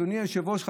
אדוני היושב-ראש,